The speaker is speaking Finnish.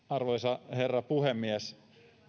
arvoisa herra puhemies